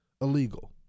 illegal